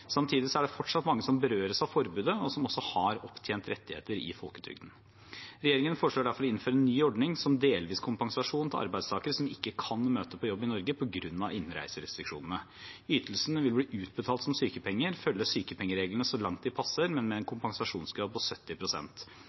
er det fortsatt mange som berøres av forbudet, og som også har opptjent rettigheter i folketrygden. Regjeringen foreslår derfor å innføre en ny ordning som delvis kompensasjon for arbeidstakere som ikke kan møte på jobb i Norge på grunn av innreiserestriksjonene. Ytelsen vil bli utbetalt som sykepenger og følge sykepengereglene så langt de passer, men med en kompensasjonsgrad på